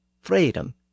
freedom